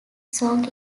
song